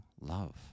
love